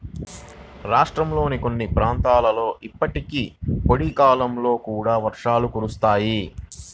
రాష్ట్రంలోని కొన్ని ప్రాంతాలలో ఇప్పటికీ పొడి కాలంలో కూడా వర్షాలు కురుస్తాయి